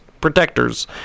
protectors